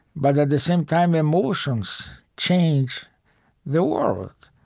but at the same time, emotions change the world,